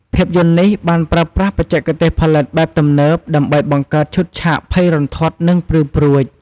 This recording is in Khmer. ភាពយន្តនេះបានប្រើប្រាស់បច្ចេកទេសផលិតបែបទំនើបដើម្បីបង្កើតឈុតឆាកភ័យរន្ធត់ និងព្រឺព្រួច។